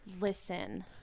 Listen